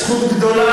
לא רק שלכם, גם שלנו.